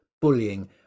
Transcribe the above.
bullying